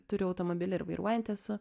turiu automobilį ir vairuojanti esu